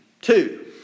two